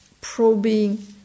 probing